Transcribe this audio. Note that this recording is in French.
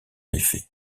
effet